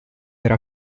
era